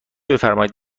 بفرمائید